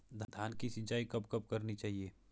धान की सिंचाईं कब कब करनी चाहिये?